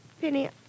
Penny